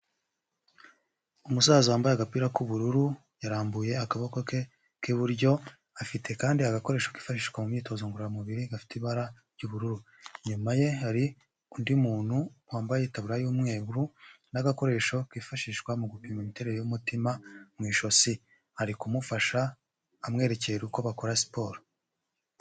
Umusaza wambaye agapira k'ubururu, yarambuye akaboko ke k'iburyo, afite kandi agakoresho kifashishwa mu myitozo ngororamubiri gafite ibara ry'ubururu. Inyuma ye hari undi muntu wambaye itaburiya y'umweru n'agakoresho kifashishwa mu gupima imiterere y'umutima mu ijosi. Ari kumufasha, amwerekera uko bakora siporo.